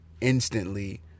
instantly